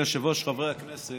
אדוני היושב-ראש, חברי הכנסת,